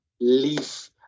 Leaf